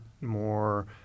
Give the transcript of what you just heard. more